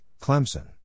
Clemson